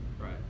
right